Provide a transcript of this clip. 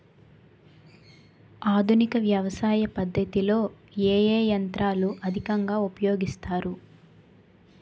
ఆధునిక వ్యవసయ పద్ధతిలో ఏ ఏ యంత్రాలు అధికంగా ఉపయోగిస్తారు?